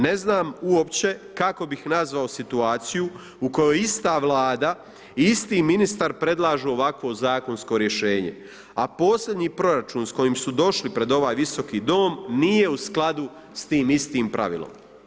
Ne znam uopće kako bih nazvao situaciju u kojoj ista Vlada i isti ministar predlažu ovakvo zakonsko rješenje, a posljednji proračun s kojim su došli pred ovaj Visoki dom nije u skladu s tim istim pravilom.